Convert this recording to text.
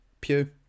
pew